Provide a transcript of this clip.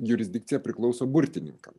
jurisdikcija priklauso burtininkam